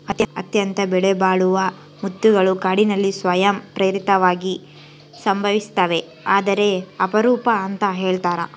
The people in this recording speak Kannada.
ಅತ್ಯಂತ ಬೆಲೆಬಾಳುವ ಮುತ್ತುಗಳು ಕಾಡಿನಲ್ಲಿ ಸ್ವಯಂ ಪ್ರೇರಿತವಾಗಿ ಸಂಭವಿಸ್ತವೆ ಆದರೆ ಅಪರೂಪ ಅಂತ ಹೇಳ್ತರ